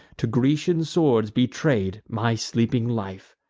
to grecian swords betray'd my sleeping life.